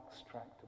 extract